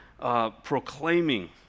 proclaiming